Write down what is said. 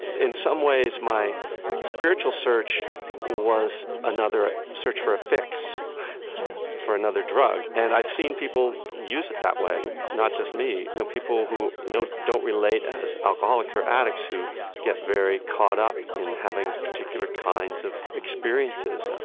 in some ways my spiritual search was another search for a fix right for another drug. and i've seen people use it that way, not just me, you know, people who, you know, who don't relate as alcoholics or addicts, who get very caught up in having particular kinds of experiences.